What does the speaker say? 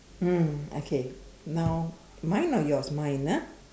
mm okay now mine or yours mine ah